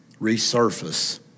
resurface